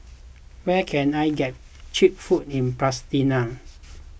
where can I get Cheap Food in Pristina